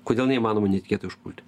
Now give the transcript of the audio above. kodėl neįmanoma netikėtai užpulti